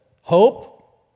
hope